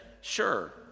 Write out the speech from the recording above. sure